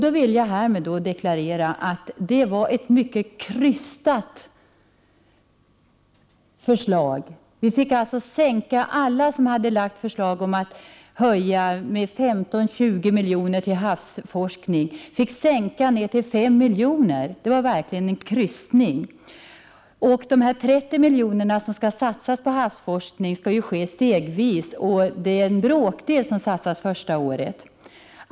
Härmed vill jag deklarera att det var ett mycket krystat förslag som lades. Alla som hade framlagt förslag om att höja anslagen med 15-20 milj.kr. till havsforskning fick se anslaget sänkt till 5 milj.kr. — det var verkligen en krystning. De 30 milj.kr. som skall satsas på havsforskningen kommer att satsas stegvis. Bara en bråkdel satsas första året.